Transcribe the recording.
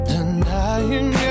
Denying